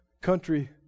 country